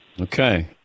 Okay